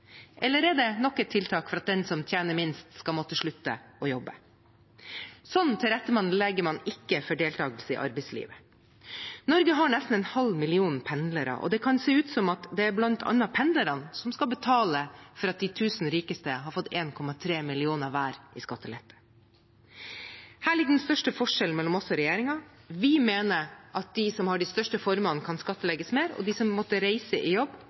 eller er det nok et tiltak for at den som tjener minst skal måtte slutte å jobbe? Sånn tilrettelegger man ikke for deltakelse i arbeidslivet. Norge har nesten en halv million pendlere, og det kan se ut som det er bl.a. pendlerne som skal betale for at de tusen rikeste har fått 1,3 mill. kr hver i skattelette. Her ligger den største forskjellen mellom oss og regjeringen. Vi mener at de som har de største formuene kan skattlegges mer, og de som må reise i jobb,